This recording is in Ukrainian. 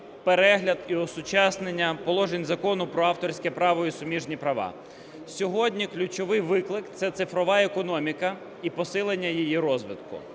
перегляд і осучаснення положень Закону про авторське право і суміжні права. Сьогодні ключовий виклик – це цифрова економіка і посилення її розвитку.